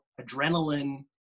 adrenaline